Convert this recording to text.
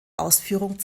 ausführung